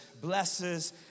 blesses